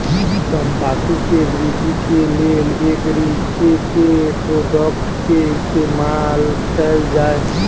तम्बाकू केँ वृद्धि केँ लेल एग्री केँ के प्रोडक्ट केँ इस्तेमाल कैल जाय?